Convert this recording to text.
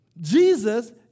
Jesus